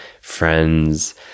friends